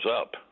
up